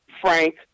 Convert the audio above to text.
Frank